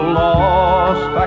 lost